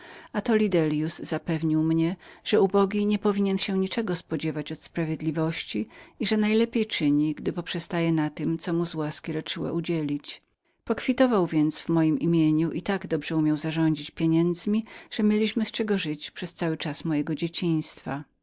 dziedzictwa atoli delliusz zapewnił mnie że ubogi nie powinien się był niczego spodziewać od sprawiedliwości i że najlepiej czynił gdy poprzestawał na tem co mu z łaski raczyła udzielić pokwitował więc w mojem imieniu ale tak dobrze umiał zarządzić pieniędzmi że mieliśmy z czego żyć przez cały czas mojej